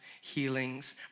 healings